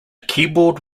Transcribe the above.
keyboard